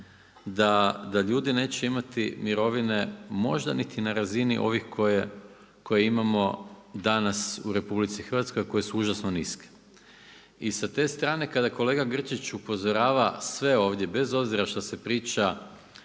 da ljudi neće imati mirovine, možda niti na razini ovih koje imamo danas u RH , a koje su užasno niske, i sa te strane kada kolega Grčić upozorava sve ovdje, bez obzira što se priča